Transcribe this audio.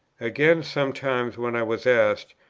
again, sometimes when i was asked,